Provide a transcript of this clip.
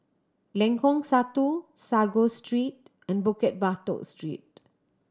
Lengkok Satu Sago Street and Bukit Batok Street